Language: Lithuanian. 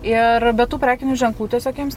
ir be tų prekinių ženklų tiesiog jiems